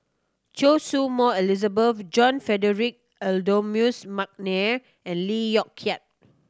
Choy Su Moi Elizabeth John Frederick Adolphus McNair and Lee Yong Kiat